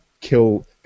kill